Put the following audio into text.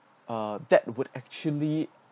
uh that would actually